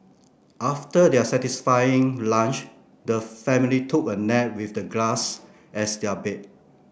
after their satisfying lunch the family took a nap with the grass as their bed